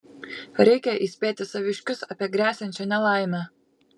reikia įspėti saviškius apie gresiančią nelaimę